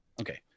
okay